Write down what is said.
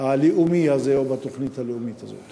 הלאומי הזה, או בתוכנית הלאומית הזאת.